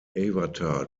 avatar